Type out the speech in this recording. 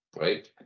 right